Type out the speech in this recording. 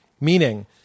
Meaning